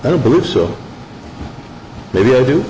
i don't believe so maybe i do